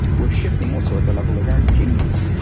we're shifting also at the level of our genes,